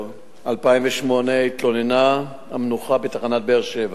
2008 התלוננה המנוחה בתחנת באר-שבע